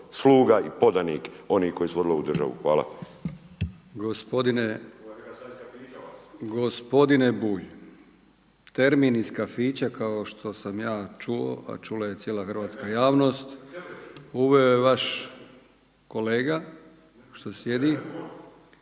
sluga i podanik onih koji su vodili ovu državu. Hvala.